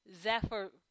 Zephyr